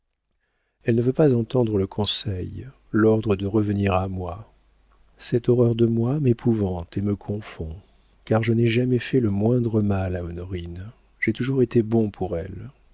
elle ne veut pas entendre le conseil l'ordre de revenir à moi cette horreur de moi m'épouvante et me confond car je n'ai jamais fait le moindre mal à honorine j'ai toujours été bon pour elle